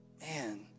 man